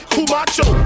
Kumacho